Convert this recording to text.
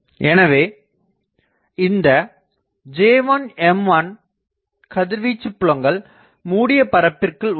எனவே இந்த J1 M1 கதிர்வீச்சுப் புலங்கள் மூடிய பரப்பிற்குள் உள்ளன